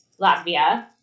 Latvia